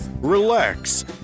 Relax